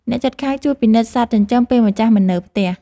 អ្នកជិតខាងជួយពិនិត្យសត្វចិញ្ចឹមពេលម្ចាស់មិននៅផ្ទះ។